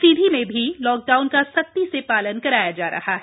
सीधी में भी लॉकडाउन का सख्ती से पालन कराया जा रहा है